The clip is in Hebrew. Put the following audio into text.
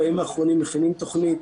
בימים אחרונים מכינים תוכנית.